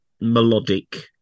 melodic